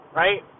right